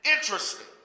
interesting